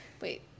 Wait